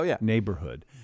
neighborhood